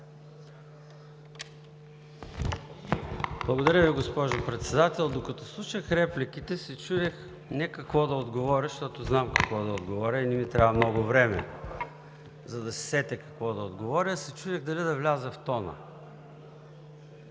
Благодаря Ви, госпожо Председател. Докато слушах репликите, се чудех не какво да отговоря, защото знам какво да отговоря и не ми трябва много време, за да се сетя какво да отговоря. Чудех се дали да вляза в тона,